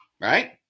right